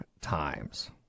times